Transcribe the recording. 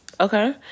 okay